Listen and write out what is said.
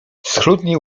schludnie